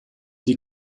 die